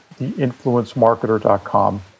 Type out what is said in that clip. theinfluencemarketer.com